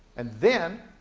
and then,